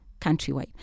countrywide